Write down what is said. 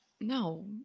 no